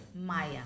Maya